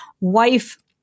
wife